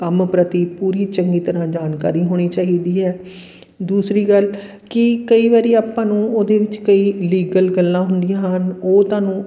ਕੰਮ ਪ੍ਰਤੀ ਪੂਰੀ ਚੰਗੀ ਤਰ੍ਹਾਂ ਜਾਣਕਾਰੀ ਹੋਣੀ ਚਾਹੀਦੀ ਹੈ ਦੂਸਰੀ ਗੱਲ ਕਿ ਕਈ ਵਾਰੀ ਆਪਾਂ ਨੂੰ ਉਹਦੇ ਵਿੱਚ ਕਈ ਲੀਗਲ ਗੱਲਾਂ ਹੁੰਦੀਆਂ ਹਨ ਉਹ ਤੁਹਾਨੂੰ